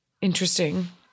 Interesting